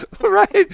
Right